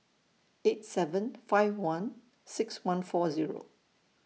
eight seven five one six one four Zero